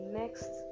next